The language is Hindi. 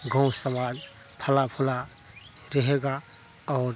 गाँव समाज फला फला रहेगा और